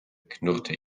knurrte